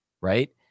right